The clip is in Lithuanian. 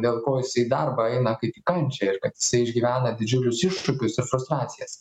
dėl ko jis į darbą eina kaip į kančią ir kad jisai išgyvena didžiulius iššūkius ir frustracijas